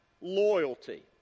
loyalty